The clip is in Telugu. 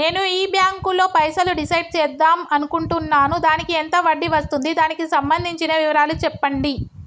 నేను ఈ బ్యాంకులో పైసలు డిసైడ్ చేద్దాం అనుకుంటున్నాను దానికి ఎంత వడ్డీ వస్తుంది దానికి సంబంధించిన వివరాలు చెప్పండి?